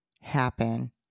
happen